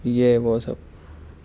یہ ہے وہ سب